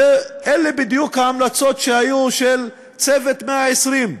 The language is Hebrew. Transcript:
אלה בדיוק ההמלצות של "צוות 120 הימים"